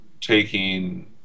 taking